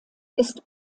ist